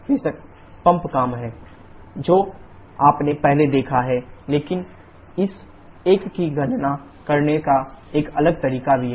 बेशक पंप काम है 𝑊𝑃 ℎ4 − ℎ3 जो आपने पहले देखा है लेकिन इस एक की गणना करने का एक अलग तरीका भी है